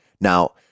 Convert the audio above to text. Now